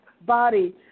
body